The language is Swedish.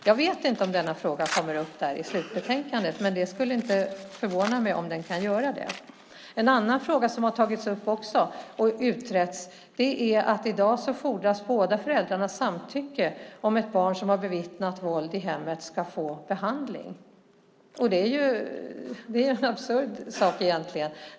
Jag vet inte om denna fråga kommer upp i slutbetänkandet, men det skulle inte förvåna mig om den kan göra det. En annan fråga som också har tagits upp och utretts är att det i dag fordras båda föräldrarnas samtycke om ett barn som har bevittnat våld i hemmet ska få behandling. Det är en absurd sak egentligen.